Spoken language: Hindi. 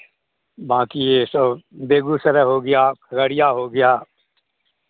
बाँकी ये सब बेगूसराय हो गया खगड़िया हो गया